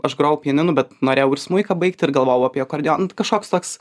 aš grojau pianinu bet norėjau ir smuiką baigti ir galvojau apie akordeoną nu kažkoks toks